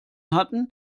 hatten